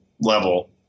level